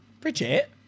Bridget